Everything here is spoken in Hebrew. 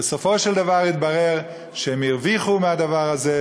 ובסופו של דבר התברר שהם הרוויחו מהדבר הזה,